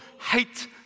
hate